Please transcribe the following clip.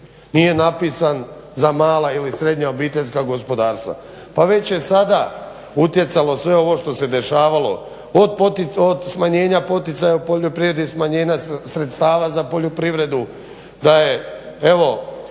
Nije napisan za mala ili srednja obiteljska gospodarstva. Pa već je sada utjecalo sve ovo što se dešavalo od smanjenja poticaja u poljoprivredi, smanjenja sredstava za poljoprivredu,